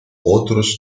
otros